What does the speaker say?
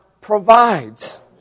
provides